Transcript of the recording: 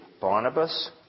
Barnabas